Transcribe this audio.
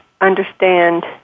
understand